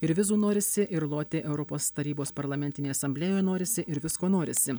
ir vizų norisi ir loti europos tarybos parlamentinėj asamblėjoj norisi ir visko norisi